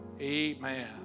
Amen